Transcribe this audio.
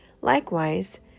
Likewise